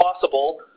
possible